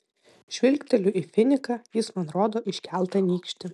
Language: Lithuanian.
žvilgteliu į finiką jis man rodo iškeltą nykštį